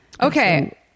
okay